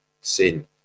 sin